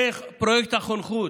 ופרויקט החונכות,